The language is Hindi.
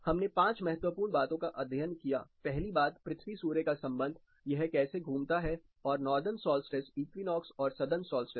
हमने पांच महत्वपूर्ण बातों का अध्ययन किया पहली बात पृथ्वी सूर्य का संबंध यह कैसे घूमता है और नॉर्दर्न सोल्स्टिस इक्विनोक्स और सदर्न सोल्स्टिस